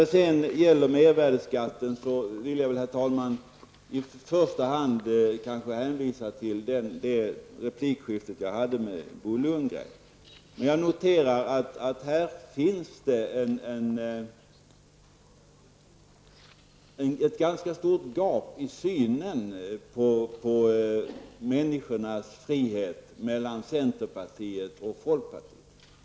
Beträffande mervärdsskatten, vill jag, herr talman, i första hand hänvisa till det replikskifte jag hade med Bo Lundgren. Jag noterar att det finns ett ganska stort gap mellan centerpartiet och folkpartiet beträffande synen på människors frihet.